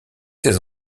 ces